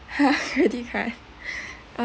credit card